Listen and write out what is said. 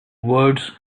words